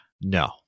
no